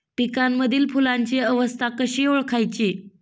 पिकांमधील फुलांची अवस्था कशी ओळखायची?